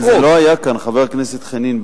אבל זה לא היה כאן, חבר הכנסת חנין.